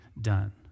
done